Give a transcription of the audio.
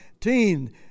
teen